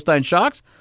shocks